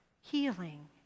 healing